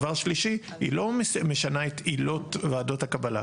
הדבר השלישי, היא לא משנה את עילות ועדות הקבלה.